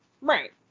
right